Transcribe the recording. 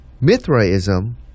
Mithraism